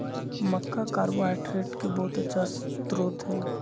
मक्का carbohydrate के बहुत अच्छा स्रोत हई